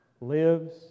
lives